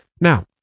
Now